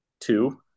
two